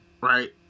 right